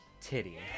titty